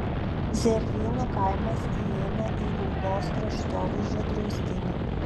zervynų kaimas įeina į ūlos kraštovaizdžio draustinį